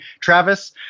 Travis